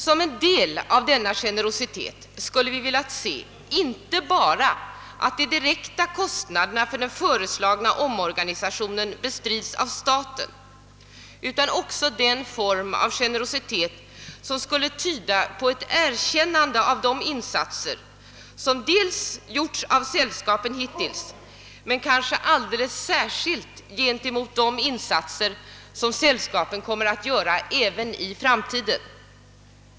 Som en del av denna generositet skulle vi ha velat se, att inte bara de direkta kostnaderna för den föreslagna omorganisationen bestrids av staten, utan också den ferm av generositet som skulle tyda på ett erkännande av de insatser som gjorts av sällskapen hittills, men kanske alldeles särskilt för de insatser som sällskapen kommer att göra även i framtiden.